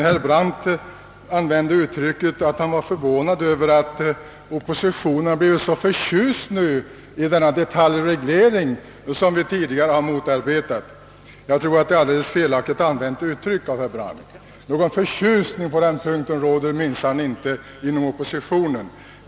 Herr talman! Herr Brandt sade sig vara förvånad över att oppositionen har blivit så förtjust i denna detaljreglering, som vi tidigare har motarbetat. Jag tror att detta är alldeles felaktigt uttryckt av herr Brandt. Någon förtjusning på den punkten råder minsann inte inom oppositionen.